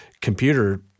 computer